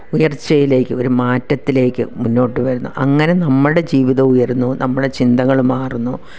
ഉയർച്ചയിലേക്ക് ഒരു മാറ്റത്തിലേക്ക് മുന്നോട്ടു വരുന്നു അങ്ങനെ നമ്മുടെ ജീവിതവും ഉയരുന്നു നമ്മുടെ ചിന്തകള് മാറുന്നു